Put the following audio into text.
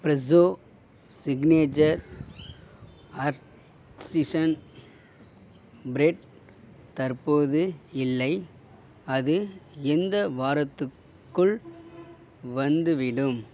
Fresho signature artisan bread தற்போது இல்லை அது இந்த வாரத்துக்குள் வந்துவிடும்